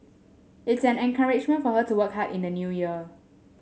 it's an encouragement for her to work hard in the New Year